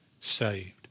saved